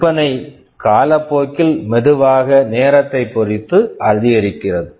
விற்பனை காலப்போக்கில் மெதுவாக நேரத்தை பொறுத்து அதிகரிக்கிறது